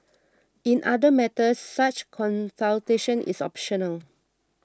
in other matters such consultation is optional